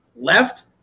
Left